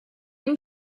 dim